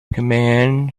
command